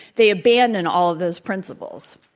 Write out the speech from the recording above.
they abandon all of those principles.